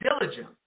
diligent